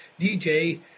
DJ